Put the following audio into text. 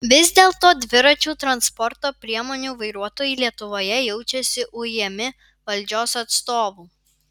vis dėlto dviračių transporto priemonių vairuotojai lietuvoje jaučiasi ujami valdžios atstovų